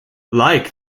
like